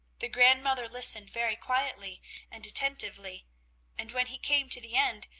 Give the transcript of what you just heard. the grandmother listened very quietly and attentively and when he came to the end,